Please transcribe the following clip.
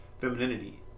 femininity